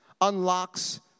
unlocks